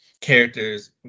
characters